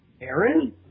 Aaron